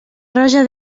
roja